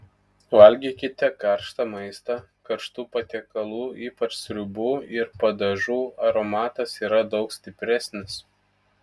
valgykite karštą maistą karštų patiekalų ypač sriubų ir padažų aromatas yra daug stipresnis